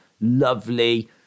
lovely